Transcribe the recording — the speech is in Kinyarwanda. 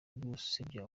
gusebya